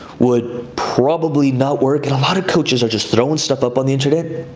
would probably not work, and a lot of coaches are just throwing stuff up on the internet.